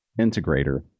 integrator